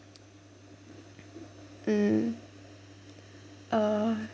mm uh